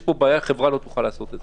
יש פה בעיה, חברה לא תוכל לעשות את זה.